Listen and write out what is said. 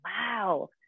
wow